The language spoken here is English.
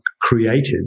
created